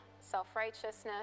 self-righteousness